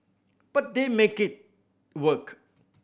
but they make it work